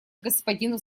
господину